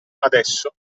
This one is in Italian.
adesso